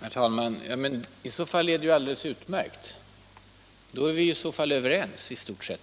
Herr talman! I så fall är det ju alldeles utmärkt. Vi är ju i stort sett överens